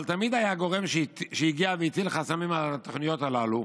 אבל תמיד היה גורם שהגיע והטיל חסמים על התוכניות הללו,